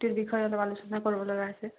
বিষয়ে অলপ আলোচনা কৰিব লগা আছে